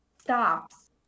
stops